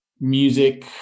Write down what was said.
music